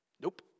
Nope